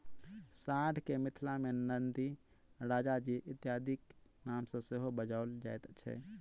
साँढ़ के मिथिला मे नंदी, राजाजी इत्यादिक नाम सॅ सेहो बजाओल जाइत छै